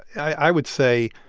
i would say,